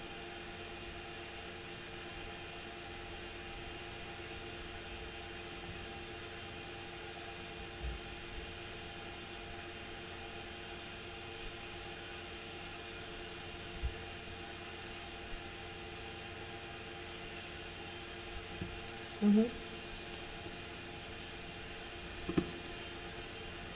mmhmm